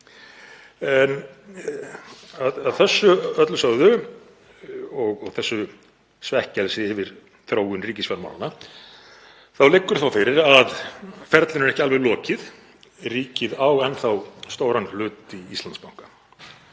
Að þessu öllu sögðu og þessu svekkelsi yfir þróun ríkisfjármálanna þá liggur fyrir að ferlinu er ekki alveg lokið. Ríkið á enn þá stóran hlut í Íslandsbanka.